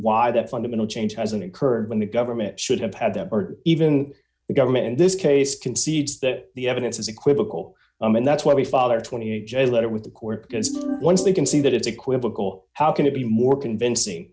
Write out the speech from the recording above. why that fundamental change hasn't occurred when the government should have had them or even the government in this case concedes that the evidence is equivocal and that's why the father twenty eight dollars j let it with the court because once they can see that it's equivocal how can it be more convincing